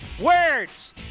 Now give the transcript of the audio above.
words